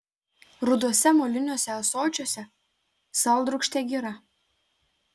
ruduose moliniuose ąsočiuose saldrūgštė gira